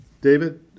David